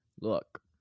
look